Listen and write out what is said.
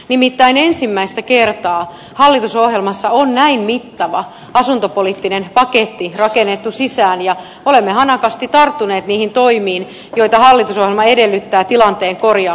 nimittäin ensimmäistä kertaa hallitusohjelmassa on näin mittava asuntopoliittinen paketti rakennettu sisään ja olemme hanakasti tarttuneet niihin toimiin joita hallitusohjelma edellyttää tilanteen korjaamiseksi